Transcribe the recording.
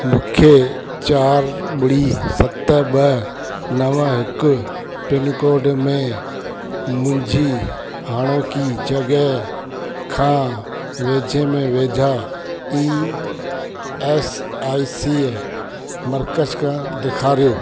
मूंखे चारि ॿुड़ी सत ॿ नव हिकु पिनकोड में मुंहिंजी हाणोकी जॻह खां वेझे में वेझा ई एस आई सी मर्कज़ का ॾेखारियो